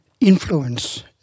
influence